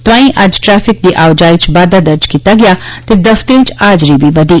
तोंआई अज्ज ट्रैफिक दी आओ जाई च बादा दर्ज कीता गेया ते दफ्तरें च हाजरी बी बधी